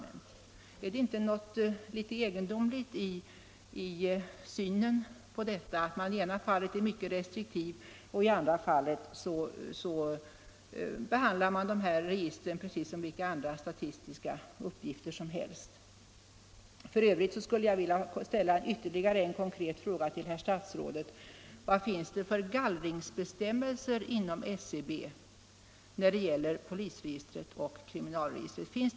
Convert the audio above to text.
Är det inte egendomligt att man i ena fallet är mycket restriktiv medan man i andra fallet behandlar uppgifter ur detta register som vilka andra statistiska uppgifter som helst? För övrigt skulle jag vilja ställa ytterligare en konkret fråga till herr statsrådet: Vad finns det för gallringsbestämmelser inom SCB när det gäller polisoch kriminalregistren?